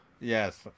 Yes